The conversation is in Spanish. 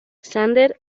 sander